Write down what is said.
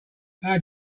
how